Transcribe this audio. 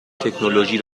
تکنولوژی